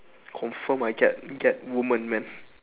confirm I get get woman man